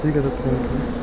ঠিক আছে thank U